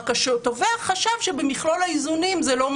רק שהתובע חשב שבמכלול האיזונים זה לא מספיק.